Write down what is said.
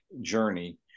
journey